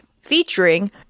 featuring